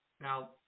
Now